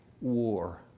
war